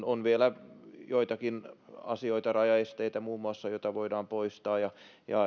on vielä joitakin asioita rajaesteitä muun muassa joita voidaan poistaa ja